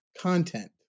content